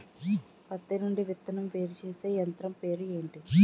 పత్తి నుండి విత్తనం వేరుచేసే యంత్రం పేరు ఏంటి